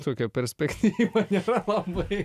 tokia perspektyva nėra labai